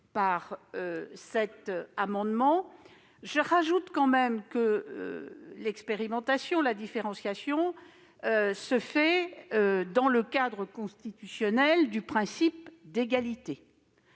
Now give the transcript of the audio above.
par votre amendement. J'ajoute tout de même que l'expérimentation et la différenciation se font dans le cadre constitutionnel du principe d'égalité.